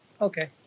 Okay